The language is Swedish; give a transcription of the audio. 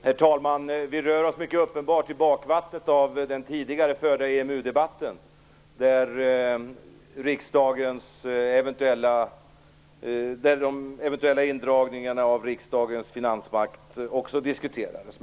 Herr talman! Nu rör vi oss mycket uppenbart i bakvattnet av den tidigare förda EMU-debatten, där de eventuella indragningarna av riksdagens finansmakt också diskuterades.